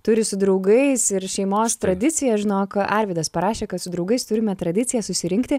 turi su draugais ir šeimos tradiciją žinok arvydas parašė kad su draugais turime tradiciją susirinkti